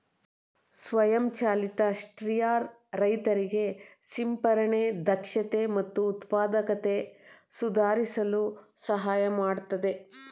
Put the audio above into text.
ಸ್ವಯಂ ಚಾಲಿತ ಸ್ಪ್ರೇಯರ್ ರೈತರಿಗೆ ಸಿಂಪರಣೆ ದಕ್ಷತೆ ಮತ್ತು ಉತ್ಪಾದಕತೆ ಸುಧಾರಿಸಲು ಸಹಾಯ ಮಾಡ್ತದೆ